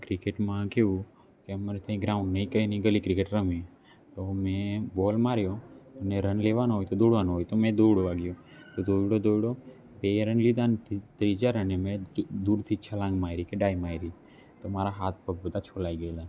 ક્રિકેટમાં કેવું કે અમારે ત્યાં ગ્રાઉન્ડ નહીં કઈ ન નહીં ગલી ક્રિકેટ રમીએ તો મેં બૉલ માર્યો અને રન લેવાનો હોય તો દોડવાનું હોય તો મેં દોડવા ગયો દોડ્યો દોડ્યો બે રન લીધા ને ત્રીજા રનએ મેં દૂરથી છલાંગ મારી કે ડાઈ મારી તો મારા હાથ પગ બધા છોલાઈ ગયેલા